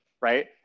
right